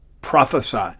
prophesy